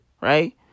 right